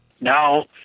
now